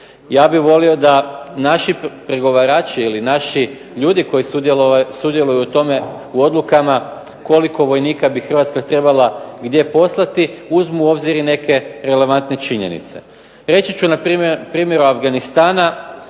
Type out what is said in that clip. ja bih volio da naši pregovarači ili naši ljudi koji sudjeluju u tome, u odlukama koliko vojnika bi Hrvatska trebala i gdje poslati uzmu u obzir i neke relevantne činjenice. Reći ću na primjeru Afganistana.